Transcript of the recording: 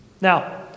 Now